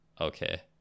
okay